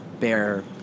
bear